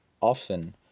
often